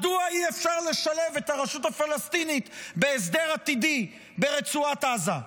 מדוע אי-אפשר לשלב את הרשות הפלסטינית בהסדר עתידי ברצועת עזה?